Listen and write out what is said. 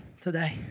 today